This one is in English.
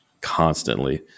constantly